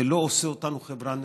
זה לא עושה אותנו חברה נאורה.